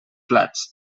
plats